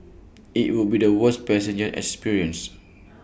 IT would be the worst passenger experience